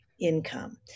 income